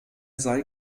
sei